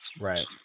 Right